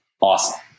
Awesome